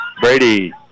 Brady